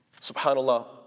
SubhanAllah